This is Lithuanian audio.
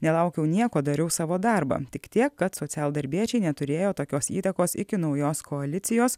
nelaukiau nieko dariau savo darbą tik tiek kad socialdarbiečiai neturėjo tokios įtakos iki naujos koalicijos